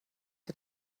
had